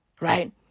right